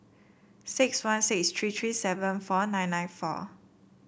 six one six tree tree seven four nine nine four